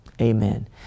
Amen